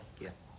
Yes